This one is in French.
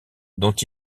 dont